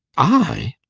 i!